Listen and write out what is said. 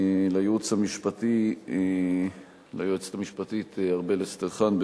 לייעוץ המשפטי ליועצת המשפטית ארבל אסטרחן,